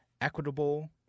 equitable